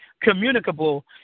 communicable